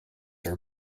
are